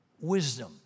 wisdom